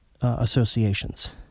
associations